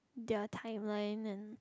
their timeline and